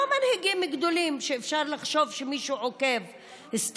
מנהיגים גדולים שאפשר לחשוב שמישהו עוקב אחריהם,